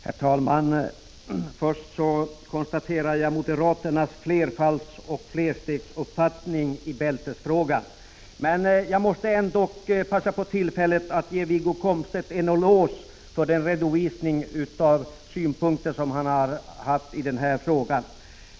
Herr talman! Först konstaterar jag moderaternas flerfaldsoch flerstegsuppfattning i bältesfrågan. Jag måste ändå passa på att ge Wiggo Komstedt en eloge för den redovisning av synpunkter som han har fört fram i denna fråga.